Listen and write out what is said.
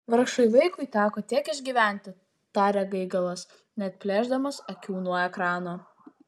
vargšui vaikui teko tiek išgyventi tarė gaigalas neatplėšdamas akių nuo ekrano